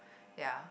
ya